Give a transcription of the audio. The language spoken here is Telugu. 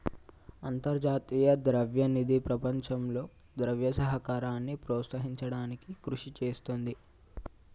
అంతర్జాతీయ ద్రవ్య నిధి ప్రపంచంలో ద్రవ్య సహకారాన్ని ప్రోత్సహించడానికి కృషి చేస్తుంది